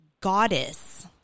goddess